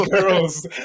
girls